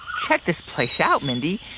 check this place out, mindy.